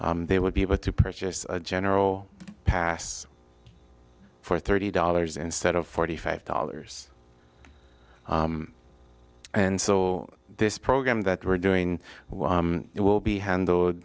they would be able to purchase a general pass for thirty dollars instead of forty five dollars and so this program that we're doing it will be handled